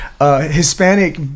Hispanic